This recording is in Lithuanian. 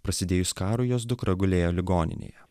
prasidėjus karui jos dukra gulėjo ligoninėje